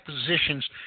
positions